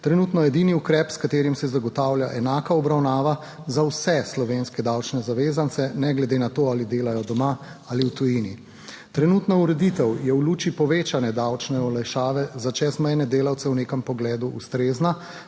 trenutno edini ukrep, s katerim se zagotavlja enaka obravnava za vse slovenske davčne zavezance, ne glede na to, ali delajo doma ali v tujini. Trenutna ureditev je v luči povečanja davčne olajšave za čezmejne delavce v nekem pogledu ustrezna,